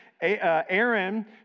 Aaron